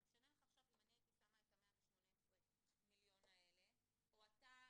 זה משנה לך עכשיו אם אני הייתי שמה את ה-118 מיליון האלה או שאתה